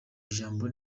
ijambo